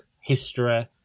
history